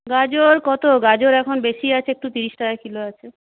গাজর কত গাজর এখন বেশি আছে একটু তিরিশ টাকা কিলো আছে